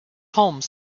home